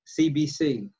CBC